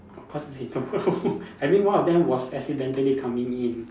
of course they don't know I mean one of them was accidentally coming in